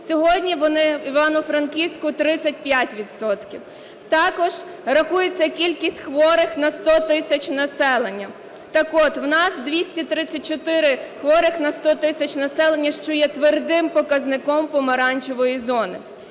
Сьогодні в Івано-Франківську – 35 відсотків. Також рахується кількість хворих на 100 тисяч населення. Так от в нас 234 хворих на 100 тисяч населення, що є твердим показником "помаранчевої" зони.